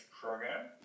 program